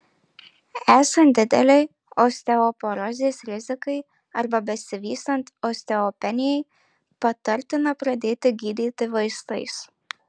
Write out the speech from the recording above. esant didelei osteoporozės rizikai arba besivystant osteopenijai patartina pradėti gydyti vaistais